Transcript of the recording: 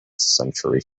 century